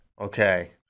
Okay